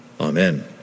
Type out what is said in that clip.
Amen